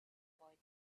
boy